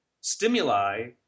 stimuli